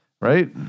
right